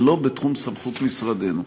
זה לא בתחום סמכות משרדנו.